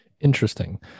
Interesting